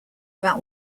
about